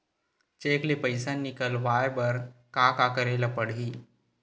Cheque ले पईसा निकलवाय बर का का करे ल पड़हि?